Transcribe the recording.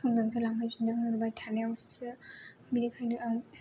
लांफैफिनदो होनहरबाय थानायावसो बिनिखायनो आं